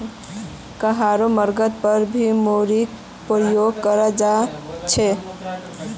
कहारो मर्गत पर भी मूरीर प्रयोग कराल जा छे